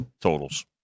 totals